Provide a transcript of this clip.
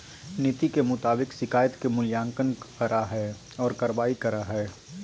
नीति के मुताबिक शिकायत के मूल्यांकन करा हइ और कार्रवाई करा हइ